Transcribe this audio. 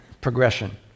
progression